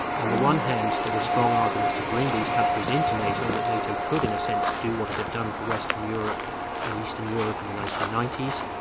on the one hand there were strong arguments to bring these countries into nato and that nato could in a sense do what it had done for western europe and eastern europe in the nineteen ninety s.